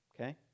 Okay